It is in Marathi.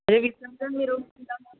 विसर्जन मिरवणुकीला मग